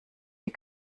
die